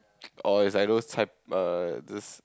oh it's I know uh this